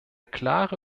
klare